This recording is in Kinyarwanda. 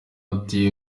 ati